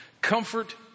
Comfort